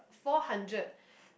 four hundred